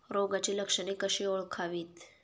रोगाची लक्षणे कशी ओळखावीत?